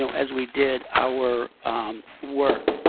so as we did our work.